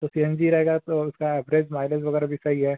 तो C N G रहेगा तो उसका ब्रेक ऑइलिंग वग़ैरह भी सही है